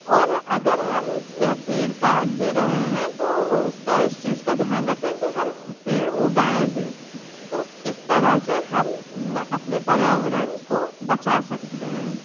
और अगर हम पेड़ काट भी रहे हैं तो उसका इस चीज़ का ध्यान रखें कि हम पेड़ उगाऍं भी तो इस तरह से हम अपने पर्यावरण को बचा सकते हैं